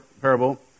parable